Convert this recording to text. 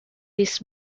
this